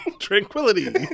Tranquility